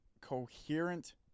coherent